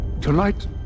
Tonight